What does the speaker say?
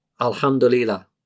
Alhamdulillah